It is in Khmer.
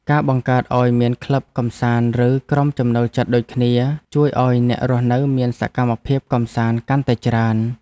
ការបង្កើតឱ្យមានក្លឹបកម្សាន្តឬក្រុមចំណូលចិត្តដូចគ្នាជួយឱ្យអ្នករស់នៅមានសកម្មភាពកម្សាន្តកាន់តែច្រើន។